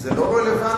זה לא רלוונטי.